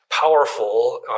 powerful